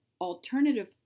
alternative